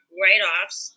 write-offs